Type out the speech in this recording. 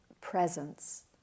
presence